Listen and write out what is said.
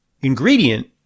ingredient